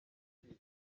utwite